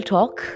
Talk